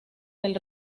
del